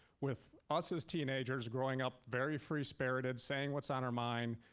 with us as teenagers, growing up very free spirited, saying what's on our mind,